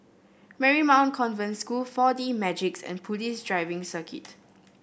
Marymount Convent School Four D Magix and Police Driving Circuit